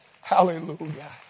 Hallelujah